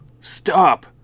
stop